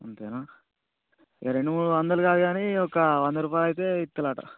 అంతేనా ఇక రెండు మూడు వందలు కాదు గానీ ఒక వంద రూపాయలు అయితే ఇస్తారట